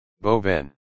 Boven